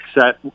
set